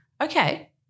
okay